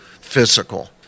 physical